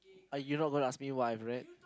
you're not gonna ask me why I read